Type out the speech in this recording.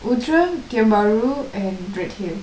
outram tiongk bahru and redhill